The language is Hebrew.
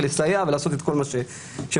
לסייע ולעשות את כל מה שרוצים,